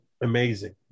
amazing